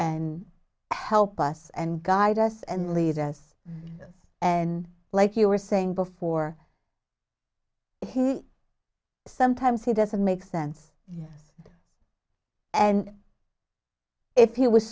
help us and guide us and lead us and like you were saying before sometimes he doesn't make sense and if he was